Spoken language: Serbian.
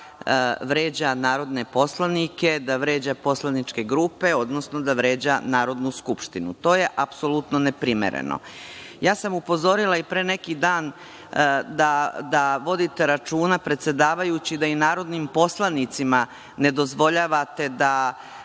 da vređa narodne poslanike, da vređa poslaničke grupe, odnosno da vređa Narodnu skupštinu. To je apsolutno neprimereno. Ja sam upozorila i pre neki dan da vodite računa, predsedavajući, da i narodnim poslanicima ne dozvoljavate da